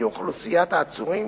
היא אוכלוסיית העצורים